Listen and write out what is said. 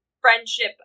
friendship